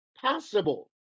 possible